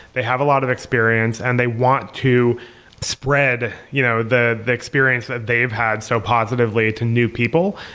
they have a lot of experience and they want to spread you know the the experience that they've had so positively to new people.